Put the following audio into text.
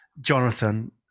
Jonathan